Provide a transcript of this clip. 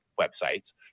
websites